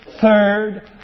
third